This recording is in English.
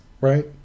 right